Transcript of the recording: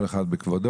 כל אחד בכבודו.